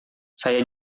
saya